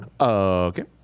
Okay